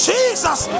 Jesus